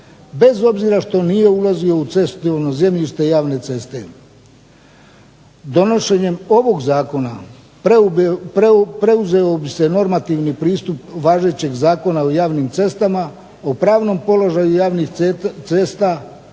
bez obzira što nije ulazio u cestovno zemljište javne ceste. Donošenjem ovog zakona preuzeo bi se normativni pristup važećeg Zakona o javnim cestama o pravnom položaju javnih cesta,